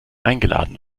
eingeladen